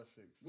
six